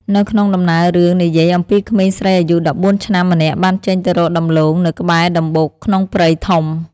នៅក្នុងដំណើររឿង និយាយអំពីក្មេងស្រីអាយុ១៤ឆ្នាំម្នាក់បានចេញទៅរកដំឡូងនៅក្បែរដំបូកក្នុងព្រៃធំ។